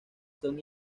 son